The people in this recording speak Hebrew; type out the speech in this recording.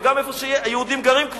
גם מאיפה שהיהודים כבר גרים.